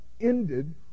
ended